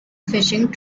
fishing